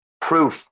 proof